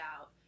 out